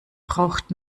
braucht